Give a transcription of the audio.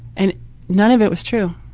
and none of it was true.